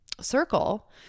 circle